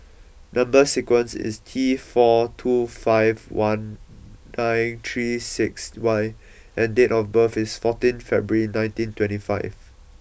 number sequence is T four two five one nine three six Y and date of birth is fourteenth February nineteen twenty five